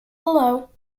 below